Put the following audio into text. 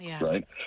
right